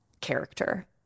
character